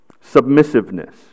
Submissiveness